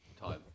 time